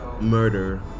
murder